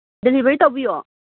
delivery ꯇꯧꯕꯤꯌꯣ